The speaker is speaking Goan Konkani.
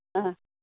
आं